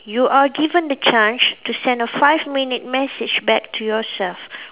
you are given the chance to send a five minute message back to yourself